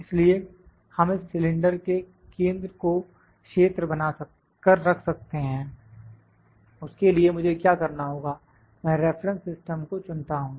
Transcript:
इसलिए हम इस सिलेंडर के केंद्र को क्षेत्र बना कर रख सकते हैं उसके लिए मुझे क्या करना होगा मैं रेफरेंस सिस्टम को चुनता हूं